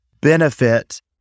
benefit